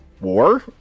war